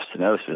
stenosis